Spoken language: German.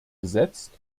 gesetzt